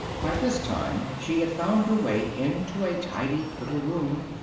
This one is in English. by this time she had found her way into a tidy little room,